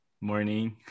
Morning